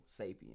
sapien